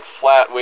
flat